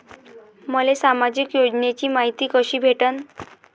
मले सामाजिक योजनेची मायती कशी भेटन?